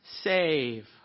save